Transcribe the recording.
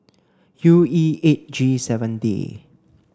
U E eight G seven D